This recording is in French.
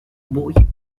bruit